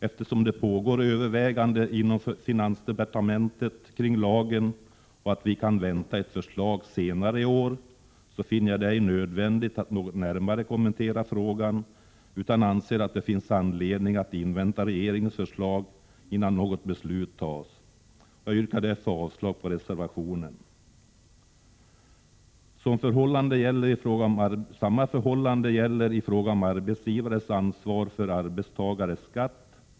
Eftersom det pågår överväganden i finansdepartementet kring lagen och vi kan vänta ett förslag senare i år, finner jag det ej nödvändigt att närmare kommentera frågan utan anser att det finns anledning att invänta regeringens förslag innan något beslut fattas. Jag yrkar därför avslag på reservationen. Samma förhållanden gäller i fråga om arbetsgivares ansvar för arbetstagares skatt.